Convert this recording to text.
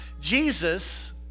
Jesus